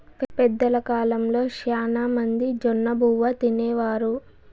పెద్దల కాలంలో శ్యానా మంది జొన్నబువ్వ తినేవారు